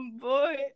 boy